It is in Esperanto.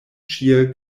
ĉie